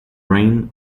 reign